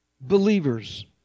believers